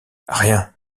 rien